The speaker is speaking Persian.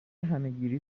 همهگیری